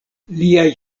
liaj